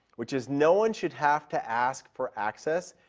which is no one should have to ask for access.